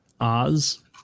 Oz